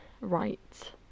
right